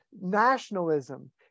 nationalism